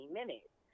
minutes